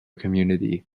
community